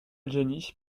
adjani